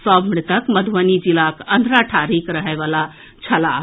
सभ मृतक मधुबनी जिलाक अंधराठाढ़ीक रहएवला छलाह